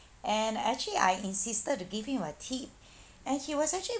and actually I insisted to give him a tip and he was actually